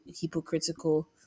hypocritical